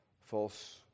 false